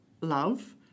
love